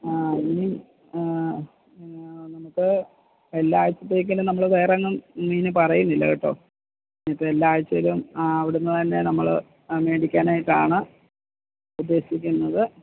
ആ ഇനി നമുക്ക് എല്ലാഴ്ച്ചത്തേക്കിനും നമ്മള് വേറെങ്ങും മീന് പറയുന്നില്ല കേട്ടോ ഇനി ഇപ്പം എല്ലാ ആഴ്ചയിലും അവിടുന്ന് തന്നെ നമ്മള് മേടിക്കാനായിട്ടാണ് ഉദ്ദേശിക്കുന്നത്